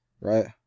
Right